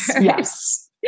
yes